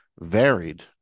varied